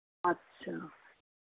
अच्छा